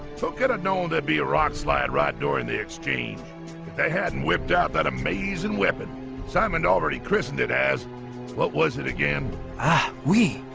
so get it. no. there'd be a rock slide ride during the exchange they hadn't whipped out that amazing weapon simon already christened. it as what was it again ah oui,